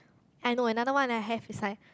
I know another one that I have is like